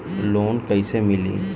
Loan कइसे मिली?